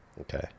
Okay